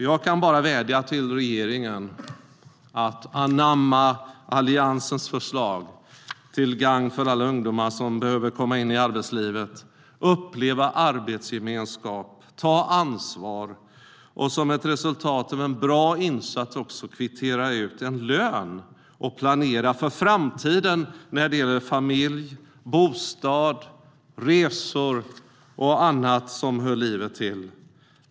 Jag kan bara vädja till regeringen att anamma Alliansens förslag till gagn för alla ungdomar som behöver komma in i arbetslivet, uppleva arbetsgemenskap, ta ansvar och som ett resultat av en bra insats också kvittera ut lön och planera för framtiden när det gäller familj, bostad, resor och annat som hör livet till.